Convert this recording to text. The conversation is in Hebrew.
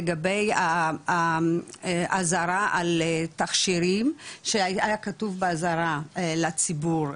לגבי האזהרה על תכשירים שהיה כתוב באזהרה לציבור,